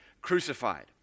crucified